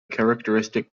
characteristic